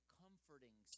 comforting